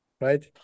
right